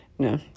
No